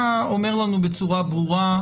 אתה אומר בצורה ברורה,